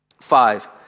Five